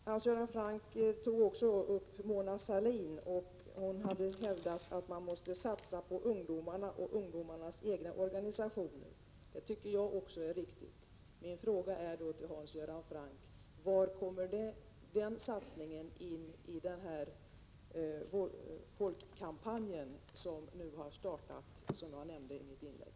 Hans Göran Franck tog också upp något som Mona Sahlin har hävdat, nämligen att man måste satsa på ungdomarna och deras egna organisationer. Det tycker jag också är riktigt. Min fråga till Hans Göran Franck är då: Var kommer den satsningen in i den folkkampanj som nu startat och som jag nämnde i mitt inlägg?